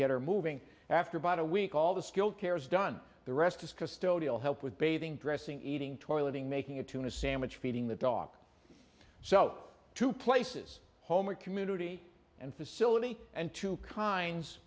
get her moving after about a week all the skilled care is done the rest is custodial help with bathing dressing eating toileting making a tuna sandwich feeding the dog so two places home a community and facility and two kinds